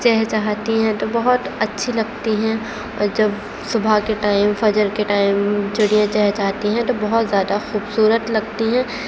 چہچہاتی ہیں تو بہت اچھی لگتی ہیں اور جب صبح کے ٹائم فجر کے ٹائم چڑیاں چہچہاتی ہیں تو بہت زیادہ خوبصورت لگتی ہیں